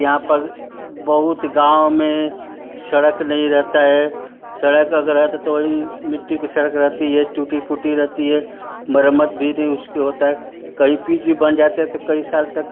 यहाँ पर बहुत गाँव में सड़क नहीं रहता है सड़क अगर है त तो वही मिट्टी कि सड़क रहती है टूटी फूटी रहती है मरम्मत भी नहीं उसकी होता है कहीं पिच भी बन जाता है तो कई साल तक